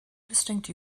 distinct